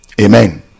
Amen